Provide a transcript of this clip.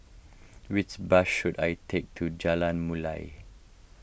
which bus should I take to Jalan Mulia